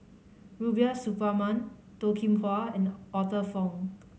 Rubiah Suparman Toh Kim Hwa and Arthur Fong